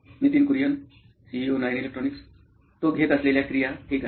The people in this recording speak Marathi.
Nitin Kurian COO nine electronics तो घेत असलेल्या क्रिया ठीक आहे